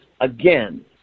Again